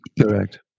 Correct